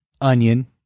onion